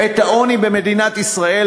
את העוני במדינת ישראל,